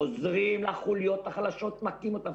חוזרים לחוליות החלשות ומכים אותן.